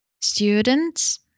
students